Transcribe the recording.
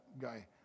guy